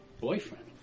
Boyfriend